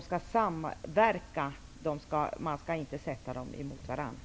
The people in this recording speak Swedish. Men språken skall samverka och inte sättas mot varandra.